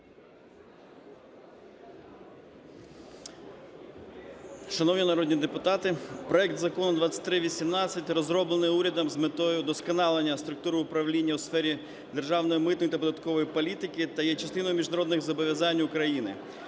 Шановні народні депутати! Проект закону 2318 розроблений урядом з метою удосконалення структури управління у сфері державної митної та податкової політики, та є частиною міжнародних зобов’язань України.